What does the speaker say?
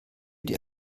die